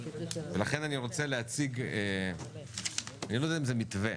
לכן אני רוצה להציג, אני לא יודע אם זה מתווה,